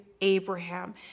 Abraham